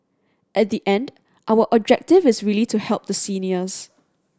at the end our objective is really to help the seniors